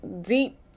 deep